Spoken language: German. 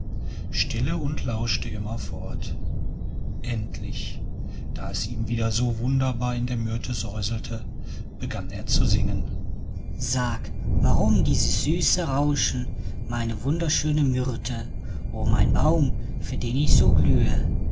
stille und lauschte immerfort endlich da es ihm wieder so wunderbar in der myrte säuselte begann er zu singen sag warum dies süße rauschen meine wunderschöne myrte o mein baum für den ich so glühe